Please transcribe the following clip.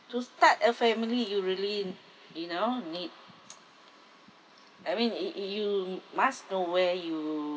to start a family you really you know need I mean if if you must know where you